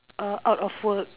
uh out of work